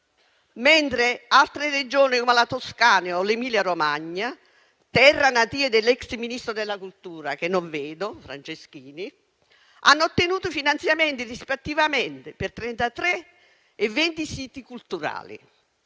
mentre altre, come la Toscana o l'Emilia Romagna, terra nativa dell'ex ministro della cultura Franceschini, hanno ottenuto finanziamenti rispettivamente per 33 e 20 siti culturali.